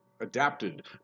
adapted